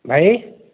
ଭାଇ